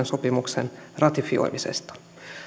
sopimuksen ratifioimisesta